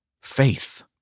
faith